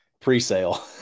pre-sale